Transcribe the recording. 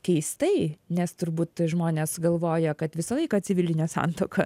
keistai nes turbūt žmonės galvoja kad visą laiką civilinė santuoka